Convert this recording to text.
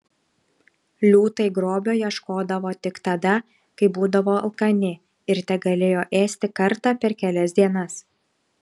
liūtai grobio ieškodavo tik tada kai būdavo alkani ir tegalėjo ėsti kartą per kelias dienas